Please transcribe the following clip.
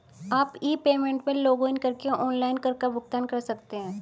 आप e payment में login करके ऑनलाइन कर का भुगतान कर सकते हैं